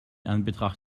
anbetracht